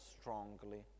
strongly